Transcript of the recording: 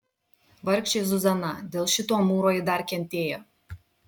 vargšė zuzana dėl šito amūro ji dar kentėjo